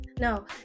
No